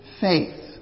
faith